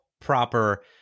proper